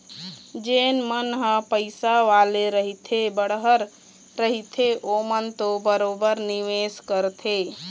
जेन मन ह पइसा वाले रहिथे बड़हर रहिथे ओमन तो बरोबर निवेस करथे